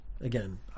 Again